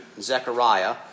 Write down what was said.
Zechariah